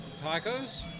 tacos